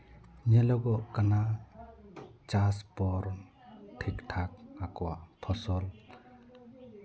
ᱧᱮᱞᱚᱜᱚᱜ ᱠᱟᱱᱟ ᱪᱟᱥ ᱯᱚᱨ ᱴᱷᱤᱠ ᱴᱷᱟᱠ ᱟᱠᱚᱣᱟᱜ ᱯᱷᱚᱥᱚᱞ